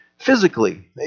Physically